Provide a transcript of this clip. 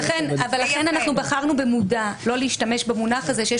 לכן בחרנו במודע לא להשתמש במונח הזה שיש